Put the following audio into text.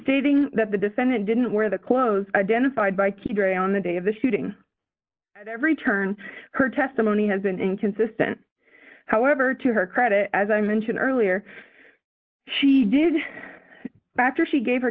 stating that the defendant didn't wear the clothes identified by q three on the day of the shooting at every turn her testimony has been inconsistent however to her credit as i mentioned earlier she did factor she gave her